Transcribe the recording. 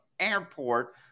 airport